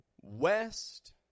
West